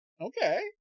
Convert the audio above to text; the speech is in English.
Okay